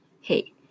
Hey